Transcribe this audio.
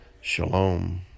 Shalom